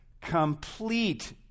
complete